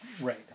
Right